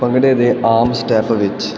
ਭੰਗੜੇ ਦੇ ਆਮ ਸਟੈਪ ਵਿੱਚ